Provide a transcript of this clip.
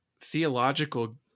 theological